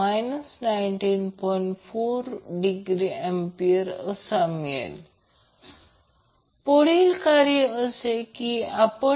म्हणून येथे series RLC circuit रेसोनन्समध्ये असताना काँस्टनट एनर्जी साठवते